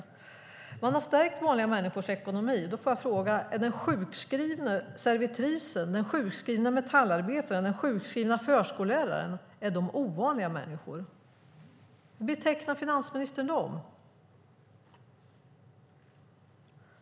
När det gäller att man har stärkt vanliga människors ekonomi vill jag fråga om den sjukskrivna servitrisen, den sjukskrivna metallarbetaren och den sjukskrivna förskoleläraren är ovanliga människor. Hur betecknar finansministern dem?